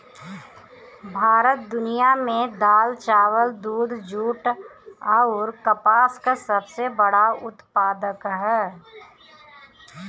भारत दुनिया में दाल चावल दूध जूट आउर कपास का सबसे बड़ा उत्पादक ह